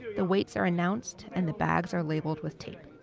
the weights are announced and the bags are labeled with tape.